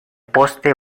poste